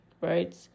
right